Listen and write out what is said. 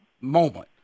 moment